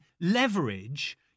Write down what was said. leverage